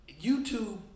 YouTube